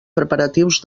preparatius